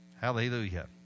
Hallelujah